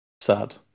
Sad